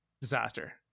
disaster